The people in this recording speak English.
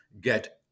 get